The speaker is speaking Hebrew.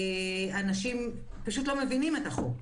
אנשים פשוט לא מבינים את החוק.